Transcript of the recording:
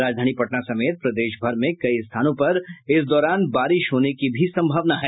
राजधानी पटना समेत प्रदेशभर में कई स्थानों पर इस दौरान बारिश होने की भी संभावना है